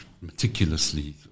meticulously